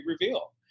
reveal